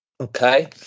Okay